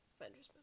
Avengers